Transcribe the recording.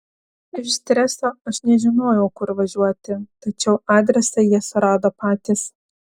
iš streso aš nežinojau kur važiuoti tačiau adresą jie surado patys